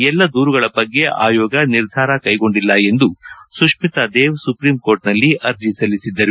ಎಲ್ಲ ದೂರುಗಳ ಬಗ್ಗೆ ಆಯೋಗ ನಿರ್ಧಾರ ಕೈಗೊಂಡಿಲ್ಲ ಎಂದು ಸುತ್ತಿತಾ ದೇವ್ ಸುಪ್ರೀಂಕೋರ್ಟ್ನಲ್ಲಿ ಅರ್ಜಿ ಸಲ್ಲಿಸಿದ್ದರು